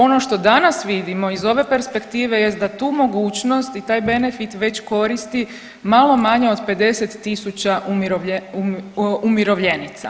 Ono što danas vidimo iz ove perspektive jest da tu mogućnost i taj benefit već koristi malo manje od 50.000 umirovljenica.